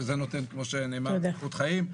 שזה נותן איכות חיים.